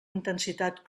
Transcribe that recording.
intensitat